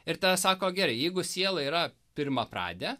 ir tada sako gerai jeigu siela yra pirmapradė